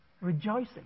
rejoicing